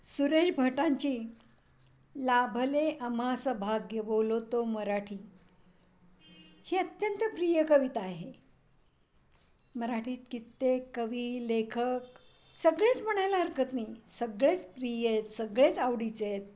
सुरेश भटांची लाभले अम्हास भाग्य बोलतो मराठी ही अत्यंत प्रिय कविता आहे मराठीत कित्येक कवी लेखक सगळेच म्हणायला हरकत नाही सगळेच प्रिय आहेत सगळेच आवडीचे आहेत